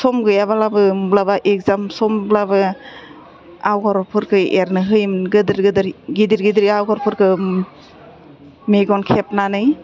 समा गैयाब्लाबो माब्लाबा इग्जाम समब्लाबो आगरफोरखौ एरनो होयोमोन गोदोर गोदोर गिदिर गिदिर आग'रफोरखौ मेगन खेबनानै